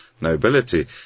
nobility